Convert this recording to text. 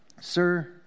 sir